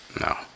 no